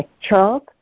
Charles